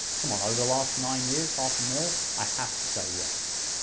come on, over the last nine years, half a mil? i have to say yes.